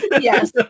Yes